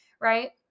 right